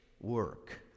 work